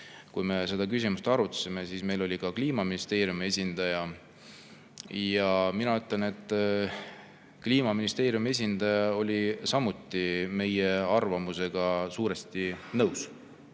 kui me seda küsimust arutasime, oli kohal ka Kliimaministeeriumi esindaja, ja mina ütlen, et Kliimaministeeriumi esindaja oli samuti meie arvamusega suuresti nõus,